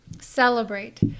Celebrate